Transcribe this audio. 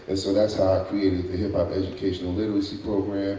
and so that's how i created the hip-hop educational literacy program.